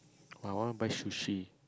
I wanna buy sushi